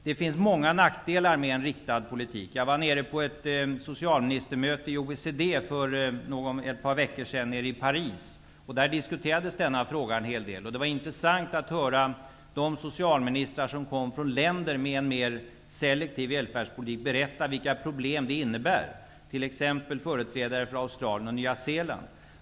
Det finns många nackdelar med en riktad politik. Jag var i Paris på ett socialministermöte med OECD för ett par veckor sedan. Där diskuterades denna fråga en hel del. Det var intressant att höra de socialministrar som kom från länder med en mer selektiv välfärdspolitik berätta vilka problem det innebär i t.ex. Australien och Nya Zeeland.